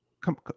come